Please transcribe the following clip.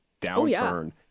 downturn